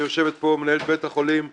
ויושבת כאן מנהל בית החולים בעפולה,